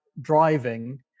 driving